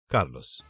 Carlos